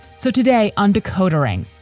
so today on decoder ring,